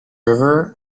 river